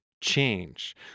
change